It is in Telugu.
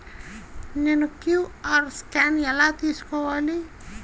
నేను క్యూ.అర్ స్కాన్ ఎలా తీసుకోవాలి?